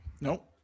nope